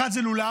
אחד זה לולב,